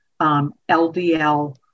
LDL